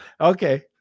Okay